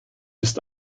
ist